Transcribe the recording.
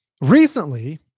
recently